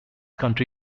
country